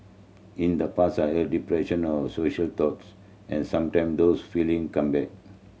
in the past I had depression or social thoughts and sometime those feeling come back